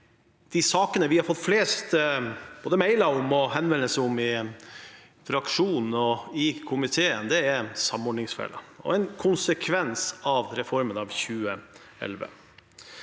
de sa- kene vi har fått flest mailer og henvendelser om i fraksjonen og i komiteen, er samordningsfellen, en konsekvens av reformen av 2011.